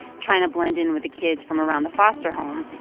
trying to blend in with the kids from around the foster home.